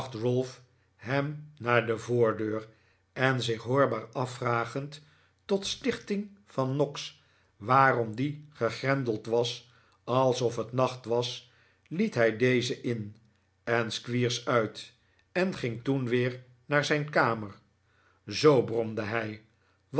hem naar de voordeur en zich hoorbaar afvragend tot stichting van noggs waarom die gegrendeld was alsof het nacht was liet hij dezen in en squeers uit en ging toen weer naar zijn kamer zoo bromde hij